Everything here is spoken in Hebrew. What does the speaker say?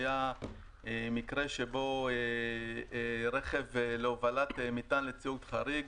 היה מקרה שבו רכב להובלת מטען לציוד חריג,